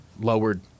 lowered